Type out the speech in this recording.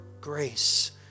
grace